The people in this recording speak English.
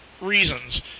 reasons